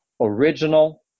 Original